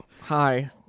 hi